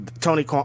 Tony